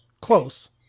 close